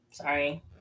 sorry